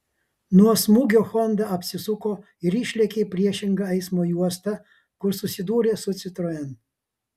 nuo smūgio honda apsisuko ir išlėkė į priešingą eismo juostą kur susidūrė su citroen